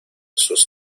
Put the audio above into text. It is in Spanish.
sus